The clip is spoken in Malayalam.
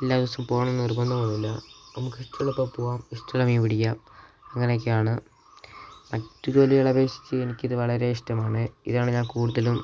എല്ലാ ദിവസവും പോകണം നിർബന്ധമൊന്നുമില്ല നമുക്ക് ഇഷ്ടമുള്ളപ്പോൾ പോവാം ഇഷ്ടമുള്ള മീൻ പിടിക്കാം അങ്ങനെയൊക്കെ ആണ് മറ്റു ജോലികൾ അപേക്ഷിച്ചു എനിക്ക് ഇത് വളരെ ഇഷ്ടമാണ് ഇതാണ് ഞാൻ കൂടുതലും